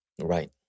Right